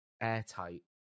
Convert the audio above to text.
Airtight